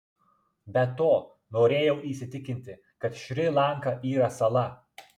be to norėjau įsitikinti kad šri lanka yra sala